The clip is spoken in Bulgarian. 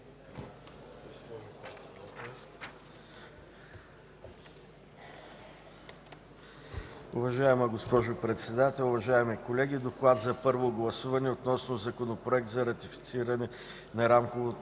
Уважаема госпожо Председател, уважаеми колеги! „ДОКЛАД за първо гласуване относно Законопроект за ратифициране на Рамковото